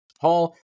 Paul